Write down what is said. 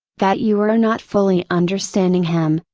that you are not fully understanding him,